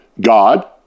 God